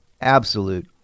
absolute